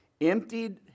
emptied